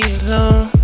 alone